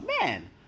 man